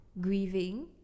grieving